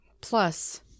Plus